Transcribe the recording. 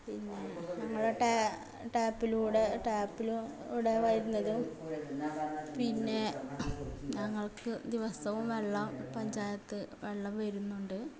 പിന്നെ നമ്മുടെ ടാപ്പിലൂടെ ടാപ്പിലൂടെ വരുന്നതും പിന്നെ ഞങ്ങൾക്ക് ദിവസവും വെള്ളം പഞ്ചായത്ത് വെള്ളം വരുന്നുണ്ട്